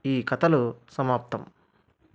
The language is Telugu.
ఈ కథలు సమాప్తం